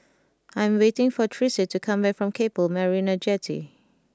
I'm waiting for Tressie to come back from Keppel Marina Jetty